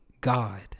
God